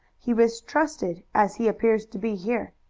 he was trusted as he appears to be here.